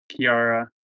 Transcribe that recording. Kiara